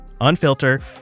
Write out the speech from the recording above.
unfilter